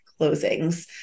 closings